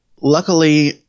Luckily